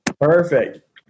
Perfect